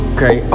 Okay